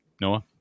Noah